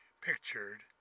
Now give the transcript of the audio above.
pictured